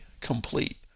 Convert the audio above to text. complete